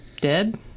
dead